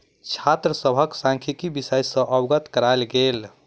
छात्र सभ के सांख्यिकी विषय सॅ अवगत करायल गेल